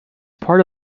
part